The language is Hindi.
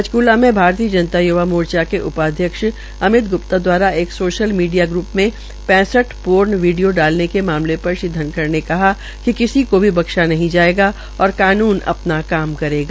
पंचक्ला में भारतीय जनता पार्टी य्वा मोर्चा के उपाध्यक्ष अमित ग्प्ता द्वारा एक सोशल मीडिया ग्प में पैंसठ पोर्न वीडियों डालने के मामले पर श्रीधनखड़ ने कहा कि किसी को भी बख्शा नहीं जायेगा और कानुन अपना काम करेगा